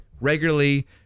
regularly